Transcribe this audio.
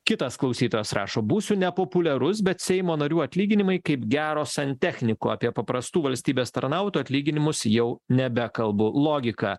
kitas klausytojas rašo būsiu nepopuliarus bet seimo narių atlyginimai kaip gero santechniko apie paprastų valstybės tarnautojų atlyginimus jau nebekalbu logika